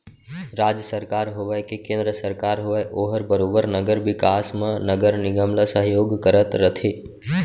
राज सरकार होवय के केन्द्र सरकार होवय ओहर बरोबर नगर बिकास म नगर निगम ल सहयोग करत रथे